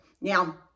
Now